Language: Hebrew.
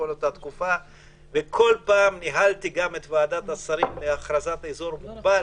כל פעם ניהלתי את ועדת השרים לעניין הכרזת אזור מוגבל